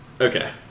Okay